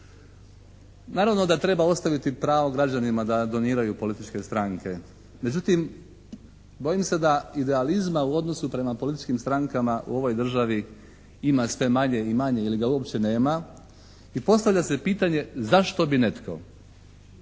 Naravno da treba ostaviti pravo građanima da doniraju političke stranke. Međutim, bojim se da idealizma u odnosu prema političkih strankama u ovoj državi ima sve manje i manje ili ga uopće nema. I postavlja se pitanje zašto bi netko